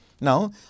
Now